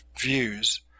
views